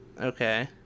Okay